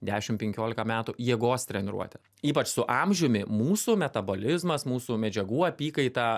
dešimt penkiolika metų jėgos treniruotė ypač su amžiumi mūsų metabolizmas mūsų medžiagų apykaita